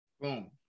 Boom